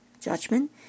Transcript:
judgment